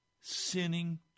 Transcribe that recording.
sinning